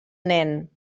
nen